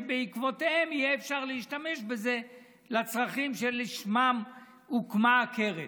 שבעקבותיהם יהיה אפשר להשתמש בזה לצרכים שלשמם הוקמה הקרן.